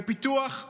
בפיתוח תחבורה?